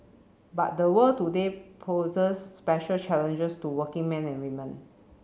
but the world today poses special challenges to working men and women